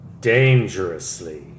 dangerously